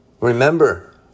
remember